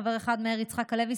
חבר אחד: מאיר יצחק הלוי,